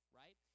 right